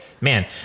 man